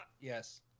Yes